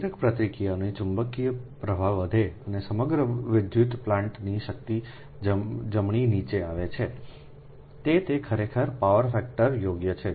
પ્રેરક પ્રતિક્રિયાઓનો ચુંબકીય પ્રવાહ વધે છે અને સમગ્ર વિદ્યુત પ્લાન્ટની શક્તિ જમણી નીચે આવે છેતે તે ખરેખર પાવર ફેક્ટર યોગ્ય છે